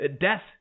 Death